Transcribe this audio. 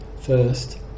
First